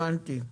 הבנתי.